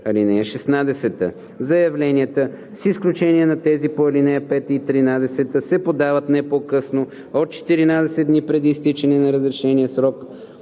(16) Заявленията, с изключение на тези по ал. 5 и 13 се подават не по-късно от 14 дни преди изтичане на разрешения срок